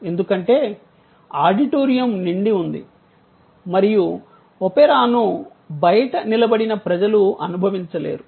ఎందుకంటే ఆడిటోరియం నిండి ఉంది మరియు ఒపెరాను బయట నిలబడిన ప్రజలు అనుభవించలేరు